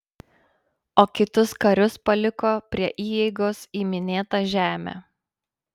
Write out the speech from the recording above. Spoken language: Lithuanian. o kitus karius paliko prie įeigos į minėtą žemę